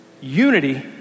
Unity